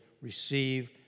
receive